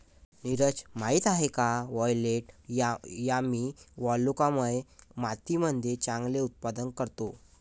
नीरज माहित आहे का वायलेट यामी वालुकामय मातीमध्ये चांगले उत्पादन करतो?